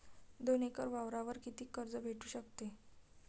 दोन एकर वावरावर कितीक कर्ज भेटू शकते?